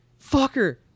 fucker